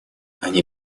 они